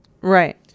right